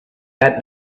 that